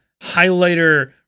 highlighter